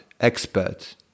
expert